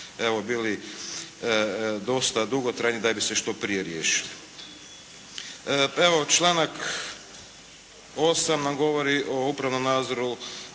evo bili dosta dugotrajni da bi se što prije riješili. Evo članak 8. nam govori o upravnom nadzoru